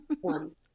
one